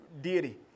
deity